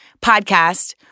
podcast